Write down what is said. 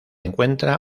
encuentra